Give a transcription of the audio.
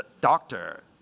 doctor